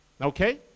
okay